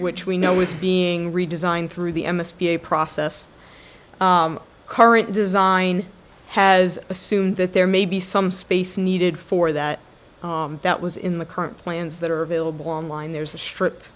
which we know is being redesigned through the m s p a process current design has assumed that there may be some space needed for that that was in the current plans that are available online there's a stri